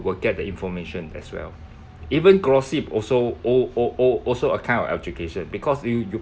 will get the information as well even gossip also o~ o~ o~ also a kind of education because you you